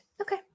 Okay